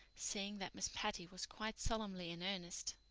seeing that miss patty was quite solemnly in earnest.